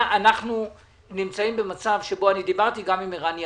אנחנו נמצאים במצב שבו אני דיברתי גם עם ערן יעקב,